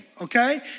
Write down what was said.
Okay